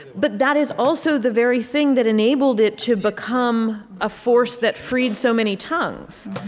but that is also the very thing that enabled it to become a force that freed so many tongues.